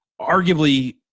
arguably